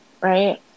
right